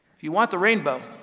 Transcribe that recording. if you want the rainbow,